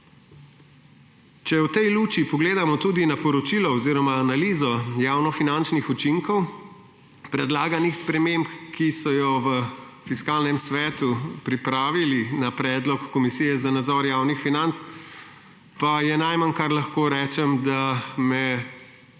Če v tej luči pogledamo tudi na poročilo oziroma na analizo javnofinančnih učinkov, predlaganih sprememb, ki so jo v Fiskalnem svetu pripravili na predlog Komisije za nadzor javnih financ, pa je najmanj, kar lahko rečem, da me